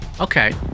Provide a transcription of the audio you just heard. Okay